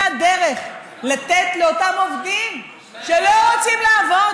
הדרך לתת לאותם עובדים שלא רוצים לעבוד,